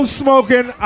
smoking